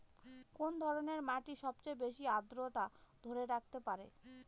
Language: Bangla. কোন ধরনের মাটি সবচেয়ে বেশি আর্দ্রতা ধরে রাখতে পারে?